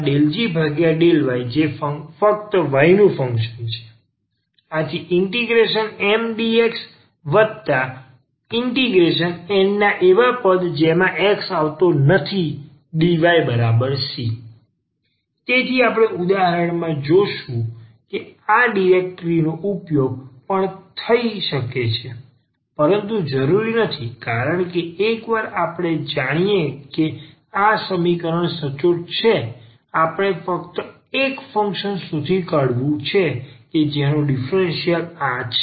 N ∂g∂yજે ફક્ત y નું ફંક્શન છે MdxN ના એવા પદ જેમાં x આવતો નથીdyc તેથી આપણે ઉદાહરણમાં પણ જોશું કે આ ડિરેક્ટરીનો ઉપયોગ પણ કરી શકીએ છીએ પરંતુ જરૂર નથી કારણ કે એકવાર આપણે જાણીએ કે સમીકરણ સચોટ છે આપણે ફક્ત એક ફંક્શન શોધી કાઢવું છે કે જેનો ડીફરન્સીયલ આ છે